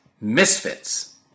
misfits